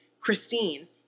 Christine